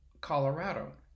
Colorado